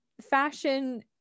fashion